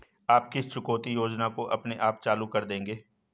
आप किस चुकौती योजना को अपने आप चालू कर देंगे?